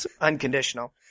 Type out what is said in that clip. Unconditional